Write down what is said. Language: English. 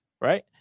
Right